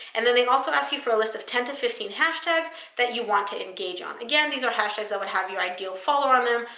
and then they also ask you for a list of ten to fifteen hashtags that you want to engage on. again, these are hashtags that would have your ideal follower on them.